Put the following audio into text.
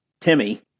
Timmy